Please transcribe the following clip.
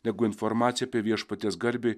negu informacija apie viešpaties garbei